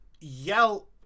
yell